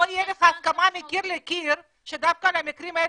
פה תהיה לך הסכמה מקיר לקיר שדווקא על המקרים האלה,